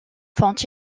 font